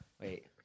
Wait